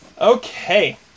Okay